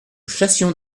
chassions